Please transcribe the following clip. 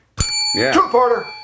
Two-parter